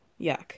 Yuck